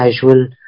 casual